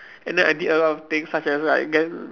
and then I did a lot of things such as like get~